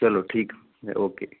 ਚਲੋ ਠੀਕ ਆ ਫਿਰ ਓਕੇ ਜੀ